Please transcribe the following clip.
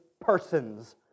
persons